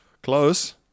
Close